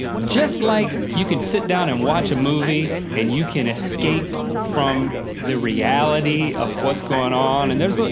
just like you can sit down and watch a movie, and you can escape from the reality of what's going on, and there's, like